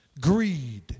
greed